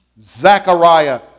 Zechariah